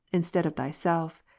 instead of thyself,